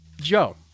Joe